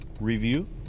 review